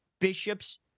bishops